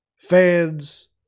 fans